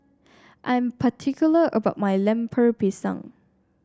I'm particular about my Lemper Pisang